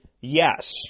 yes